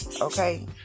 okay